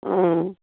অঁ